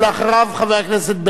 חבר הכנסת שנאן,